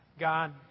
God